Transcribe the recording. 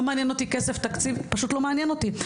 לא מעניין אותי כסף, תקציב, פשוט לא מעניין אותי.